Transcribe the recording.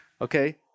Okay